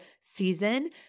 season